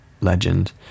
legend